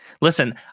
listen